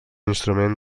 instrument